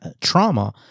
trauma